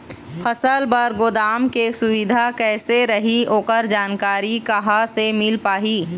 फसल बर गोदाम के सुविधा कैसे रही ओकर जानकारी कहा से मिल पाही?